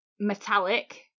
metallic